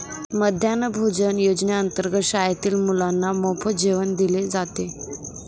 मध्यान्ह भोजन योजनेअंतर्गत शाळेतील मुलांना मोफत जेवण दिले जाते